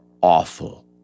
awful